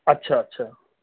اچھا چھا